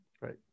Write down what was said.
right